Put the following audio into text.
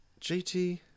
JT